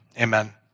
Amen